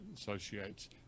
associates